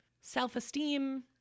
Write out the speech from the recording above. self-esteem